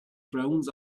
thrones